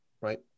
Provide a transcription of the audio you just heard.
Right